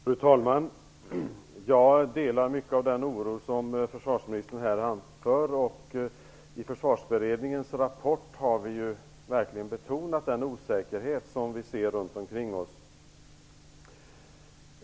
Fru talman! Jag delar mycket av den oro som försvarsministern här anför. I Försvarsberedningens rapport har vi verkligen betonat den osäkerhet som vi ser runt omkring oss.